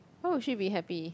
why would she be happy